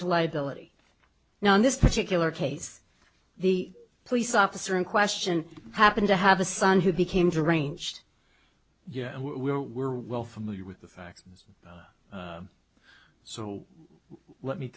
to liability now in this particular case the police officer in question happened to have a son who became to ranged yeah we were well familiar with the facts so let me